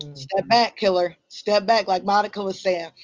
and step back, killer. step back. like monica was saying.